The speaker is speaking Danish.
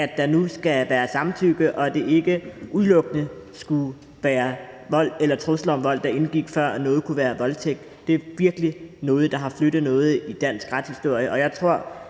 at der nu skal være et samtykke, og at det ikke udelukkende skal være vold eller trusler om vold, der indgår, før noget kan være en voldtægt. Det er virkelig noget, der har flyttet noget i dansk retshistorie,